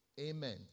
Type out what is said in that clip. Amen